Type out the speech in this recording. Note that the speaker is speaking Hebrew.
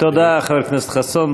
תודה, חבר הכנסת חסון.